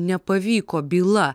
nepavyko byla